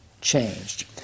changed